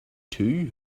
too